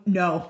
no